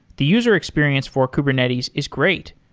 the user experience for kubernetes is great,